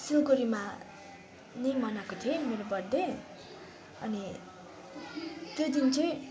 सिलगढीमा नै मनाएको थिएँ मेरो बर्थडे अनि त्यो दिन चाहिँ